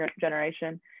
generation